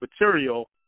material